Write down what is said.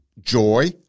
joy